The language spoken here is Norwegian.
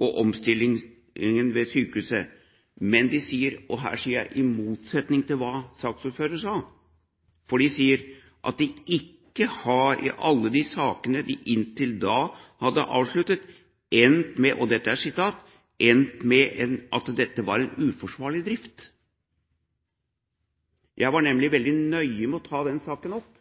og omstillingen ved sykehuset, men de sier – og det sier jeg i motsetning til hva saksordføreren sa – at de ikke har, i alle de sakene de inntil da hadde avsluttet, «endt med at det er uforsvarlig drift». Jeg var nemlig veldig nøye med å ta den saken opp